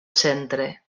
centre